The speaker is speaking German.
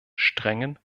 strengen